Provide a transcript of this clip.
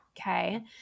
Okay